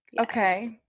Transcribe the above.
Okay